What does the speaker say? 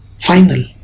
final